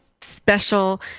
special